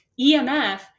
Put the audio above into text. EMF